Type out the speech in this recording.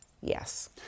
yes